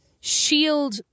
shield